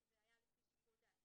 זה היה לפי שיקול דעתם.